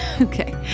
okay